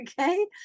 okay